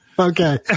Okay